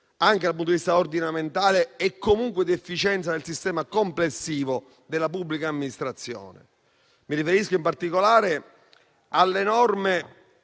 anche dal punto di vista ordinamentale e comunque di efficienza del sistema complessivo della pubblica amministrazione. Mi riferisco, in particolare, alle norme